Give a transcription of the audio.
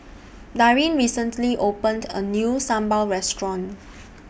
Darin recently opened A New Sambal Restaurant